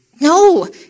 No